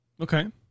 okay